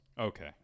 Okay